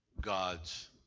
God's